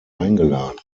eingeladen